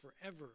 forever